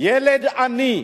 ילד עני,